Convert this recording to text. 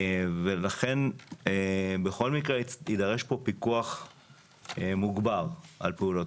ולכן בכל מקרה יידרש פה פיקוח מוגבר על פעולות